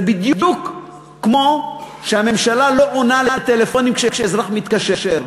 זה בדיוק כמו שהממשלה לא עונה לטלפונים כשהאזרח מתקשר.